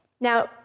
Now